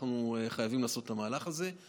אנחנו חייבים לעשות את המהלך הזה.